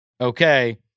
okay